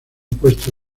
puesto